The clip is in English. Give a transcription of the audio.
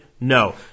no